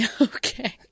Okay